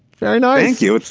very nice thank you.